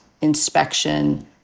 inspection